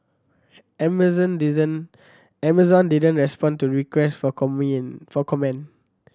Amazon Amazon didn't respond to request for for comment